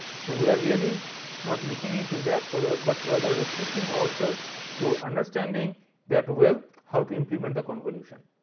so we are really not looking into that whether but rather restricting ourselves to understanding that well how to implement a convolution.